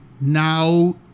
now